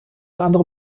andere